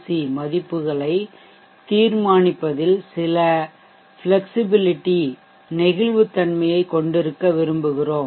C மதிப்புகளை தீர்மானிப்பதில் சில ஃப்லெக்சிபிலிடிநெகிழ்வுத்தன்மையைக் கொண்டிருக்க விரும்புகிறோம்